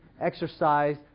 exercise